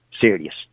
serious